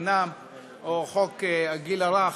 או חוק הגיל הרך,